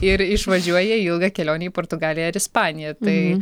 ir išvažiuoja į ilgą kelionę į portugaliją ar ispaniją tai